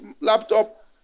laptop